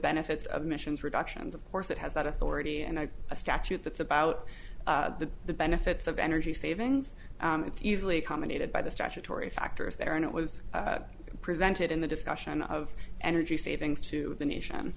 benefits of emissions reductions of course it has that authority and a statute that's about the benefits of energy savings it's easily accommodated by the statutory factors there and it was presented in the discussion of energy savings to the nation